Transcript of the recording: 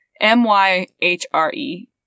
M-Y-H-R-E